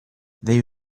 they